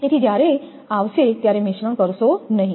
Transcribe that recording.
તેથી જ્યારે આવશે ત્યારે મિશ્રણ કરશો નહીં